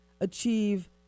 Achieve